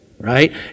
right